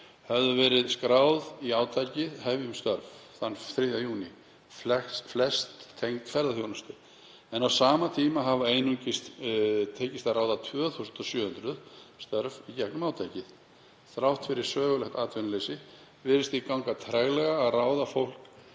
höfðu verið skráð í átakið Hefjum störf þann 3. júní, flest tengd ferðaþjónustu, en á sama tíma hafði einungis tekist að ráða í um 2.700 störf í gegnum átakið. Þrátt fyrir sögulegt atvinnuleysi virðist því ganga treglega að ráða fólk